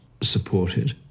supported